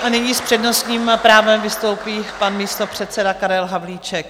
Nyní s přednostním právem vystoupí pan místopředseda Karel Havlíček.